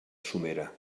somera